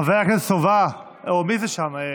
חבר הכנסת סובה, או מי זה שם?